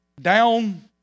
Down